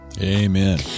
Amen